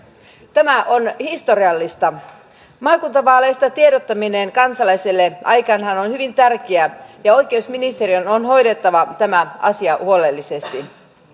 tämä on historiallista maakuntavaaleista tiedottaminen kansalaisille aikanaan on hyvin tärkeää ja oikeusministeriön on hoidettava tämä asia huolellisesti